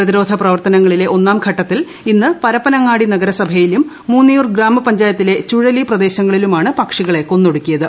പ്രതിരോധ പ്ലവർത്തനങ്ങളിലെ ഒന്നാംഘട്ടത്തിൽ ഇന്ന് പരപ്പനങ്ങാടി നഗരസഭയിലും മൂന്നിയൂർ ഗ്രാമപഞ്ചായത്തിലെ ചുഴലി പ്രദേശങ്ങളിലുമാണ് പക്ഷികളെ കൊന്നൊടുക്കിയത്